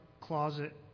closet